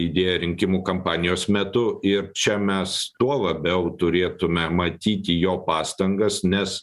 idėja rinkimų kampanijos metu ir čia mes tuo labiau turėtume matyti jo pastangas nes